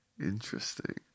interesting